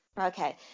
Okay